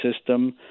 system